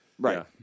Right